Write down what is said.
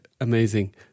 Amazing